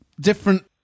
different